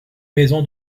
maison